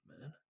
man